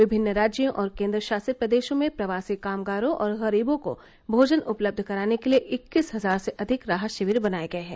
विभिन्न राज्यों और केंद्रशासित प्रदेशों में प्रवासी कामगारों और गरीबों को भोजन उपलब्ध कराने के लिए इक्कीस हजार से अधिक राहत शिविर बनाये गये हैं